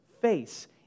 face